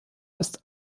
ist